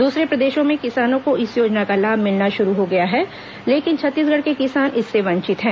दूसरे प्रदेशों में किसानों को इस योजना का लाभ मिलना शुरू हो गया है लेकिन छत्तीसगढ़ के किसान इससे वंचित हैं